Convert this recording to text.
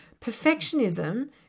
Perfectionism